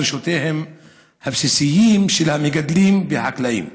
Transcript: דרישותיהם הבסיסיות של המגדלים והחקלאים.